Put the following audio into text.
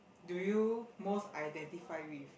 do you most identify with